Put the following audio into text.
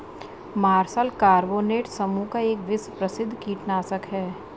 martial carbonate समूह का एक विश्व प्रसिद्ध कीटनाशक है